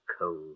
cold